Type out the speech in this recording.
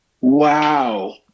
Wow